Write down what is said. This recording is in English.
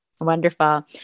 Wonderful